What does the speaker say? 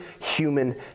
human